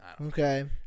Okay